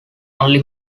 only